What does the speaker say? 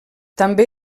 també